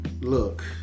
Look